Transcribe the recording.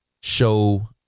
show